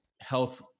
health